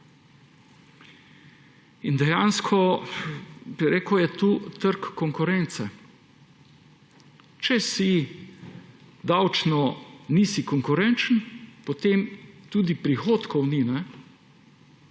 Dejansko je tu trg konkurence. Če davčno nisi konkurenčen, potem tudi prihodkov ni.